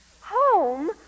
Home